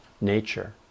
nature